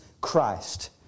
Christ